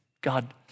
God